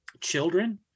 children